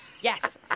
Yes